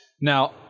Now